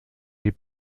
die